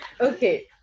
Okay